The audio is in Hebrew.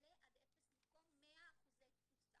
מלא עד אפס מקום 100% תפוסה.